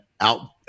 Out